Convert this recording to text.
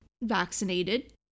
vaccinated